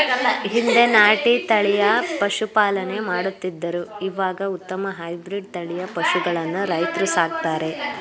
ಹಿಂದೆ ನಾಟಿ ತಳಿಯ ಪಶುಪಾಲನೆ ಮಾಡುತ್ತಿದ್ದರು ಇವಾಗ ಉತ್ತಮ ಹೈಬ್ರಿಡ್ ತಳಿಯ ಪಶುಗಳನ್ನು ರೈತ್ರು ಸಾಕ್ತರೆ